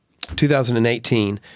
2018